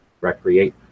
recreate